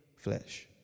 flesh